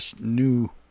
new